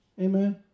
Amen